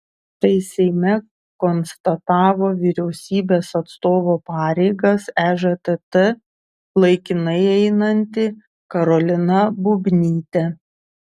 tai seime konstatavo vyriausybės atstovo pareigas ežtt laikinai einanti karolina bubnytė